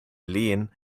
lehen